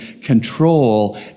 control